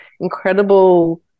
incredible